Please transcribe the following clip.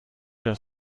das